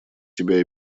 тебя